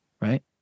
right